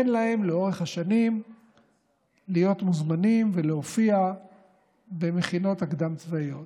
להם לאורך השנים להיות מוזמנים ולהופיע במכינות הקדם-צבאיות.